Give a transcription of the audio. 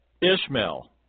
Ishmael